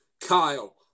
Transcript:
Kyle